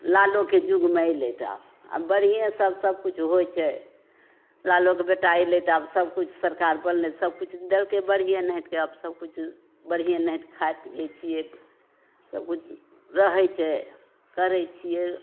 लालूके युगमे अयलै तऽ आ बढ़िये सँ सब किछु होइ छै लालूके बेटा अयलै तऽ आब सबकिछु सरकार बनलै सबकिछु देलकै बढ़िये निहितके आब सबकिछु बढ़िये निहित खाइ पियै छियै सब रहै छै करै छियै